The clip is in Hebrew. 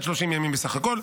עד 30 ימים בסך הכול.